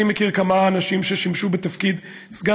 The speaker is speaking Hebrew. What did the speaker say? אני מכיר כמה אנשים ששימשו בתפקיד סגן